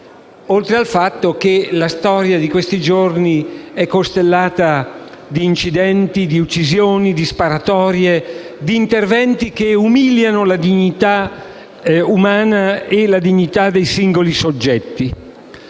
Oltre al fatto che la storia di questi giorni è costellata di incidenti, di uccisioni, di sparatorie, di interventi che umiliano la dignità umana e la dignità dei singoli soggetti.